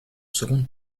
seconde